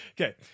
okay